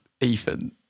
Ethan